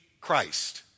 Christ